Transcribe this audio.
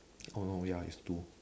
oh oh ya it's two